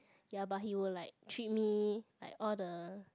ya but he would like treat me like all the